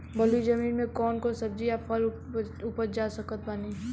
बलुई जमीन मे कौन कौन सब्जी या फल उपजा सकत बानी?